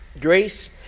grace